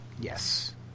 yes